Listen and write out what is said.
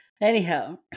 Anyhow